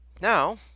now